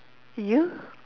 you